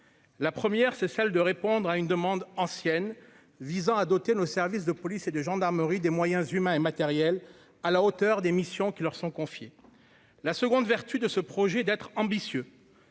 la première, c'est celle de répondre à une demande ancienne visant à doter nos services de police et de gendarmerie, des moyens humains et matériels à la hauteur des missions qui leur sont confiées, la seconde vertu de ce projet d'être ambitieux